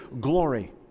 glory